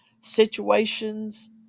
situations